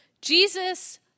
Jesus